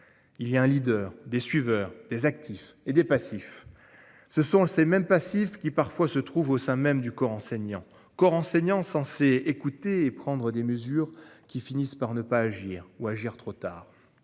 Il y a un leader des suiveurs des actifs et des passifs. Ce sont ces mêmes passif qui parfois se trouve au sein même du corps enseignant corps enseignant censé écouter et prendre des mesures qui finissent par ne pas agir ou agir trop tard.